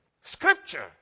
scripture